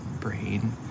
brain